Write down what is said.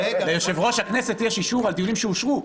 ליושב-ראש הכנסת יש אישור על דיונים שאושרו.